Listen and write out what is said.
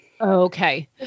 Okay